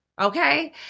Okay